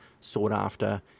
sought-after